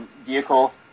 vehicle